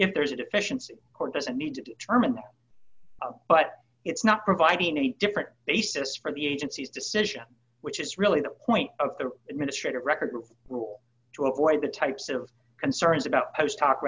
if there's a deficiency or doesn't need to determine but it's not providing a different basis for the agency's decision which is really the point of the administrative record to avoid the types of concerns about